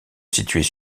situait